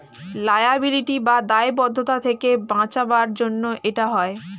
liability বা দায়বদ্ধতা থেকে বাঁচাবার জন্য এটা হয়